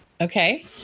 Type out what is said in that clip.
Okay